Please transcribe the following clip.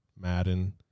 Madden